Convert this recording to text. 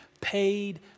paid